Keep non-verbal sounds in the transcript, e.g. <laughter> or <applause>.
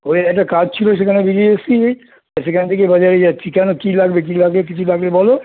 ওই একটা কাজ ছিল সেখানে বেরিয়ে এসেছি <unintelligible> সেখান থেকে বাজারে যাচ্ছি কেন কী লাগবে কী লাগবে কিছু লাগলে বলো